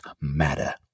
matter